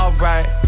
Alright